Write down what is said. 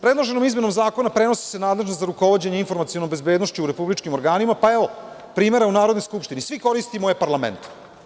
Predloženom izmenom zakona prenosi se nadležnost za rukovođenje informacionom bezbednošću u republičkim organima, pa, evo primera u Narodnoj skupštini. svi koristimo e-parlament.